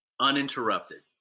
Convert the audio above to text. uninterrupted